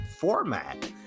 format